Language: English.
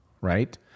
right